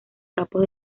campos